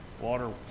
water